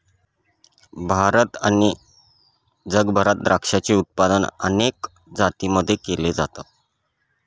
भारत आणि जगभरात द्राक्षाचे उत्पादन अनेक जातींमध्ये केल जात